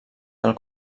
del